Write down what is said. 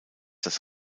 das